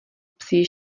psí